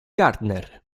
gardner